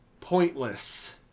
pointless